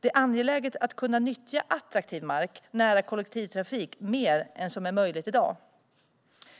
Det är angeläget att kunna nyttja attraktiv mark nära kollektivtrafik mer än vad som är möjligt i dag.